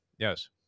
Yes